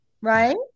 right